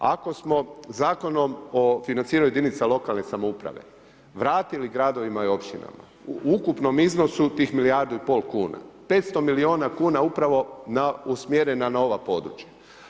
Ako smo zakonom o financiranju jedinica lokalne samouprave vratili gradovima i općinama u ukupnom iznosu tih milijardu i pol kuna, 500 milijuna kuna upravo usmjerena na ova područja.